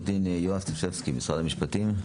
עו"ד יואב סטשבסקי, משרד המשפטים.